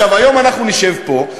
היום אנחנו נשב פה,